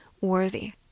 worthy